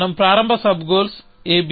మన ప్రారంభ sub goals AB